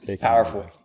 powerful